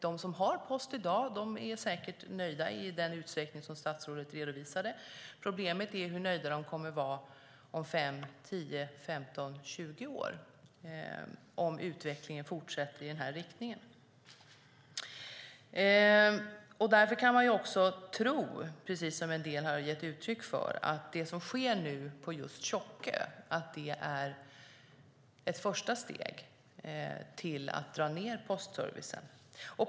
De som har post i dag är säkert nöjda i den utsträckning som statsrådet redovisade. Problemet gäller hur nöjda de kommer att vara om 5, 10, 15, 20 år om utvecklingen fortsätter i den här riktningen. Man kan tro, precis som en del har gett uttryck för, att det som nu sker på Tjockö är ett första steg till att dra ned på postservicen.